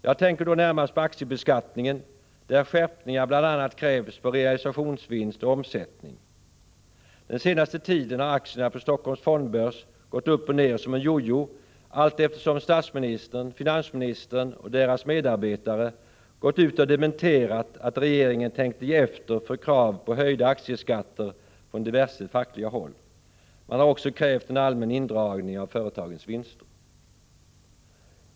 Jag tänker då närmast på aktiebeskattningen, där skärpningar krävts på bl.a. realisationsvinst och omsättning. Den senaste tiden har aktiekurserna på Helsingforss fondbörs gått upp och ned som en jojo allteftersom statsministern, finansministern och deras medarbetare dementerat att regeringen tänkte ge efter för krav på höjda aktieskatter från diverse fackliga håll. Man har också krävt en allmän indragning av företagens vinster.